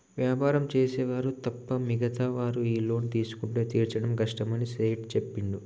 వ్యాపారం చేసే వారు తప్ప మిగతా వారు ఈ లోన్ తీసుకుంటే తీర్చడం కష్టమని సేట్ చెప్పిండు